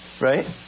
right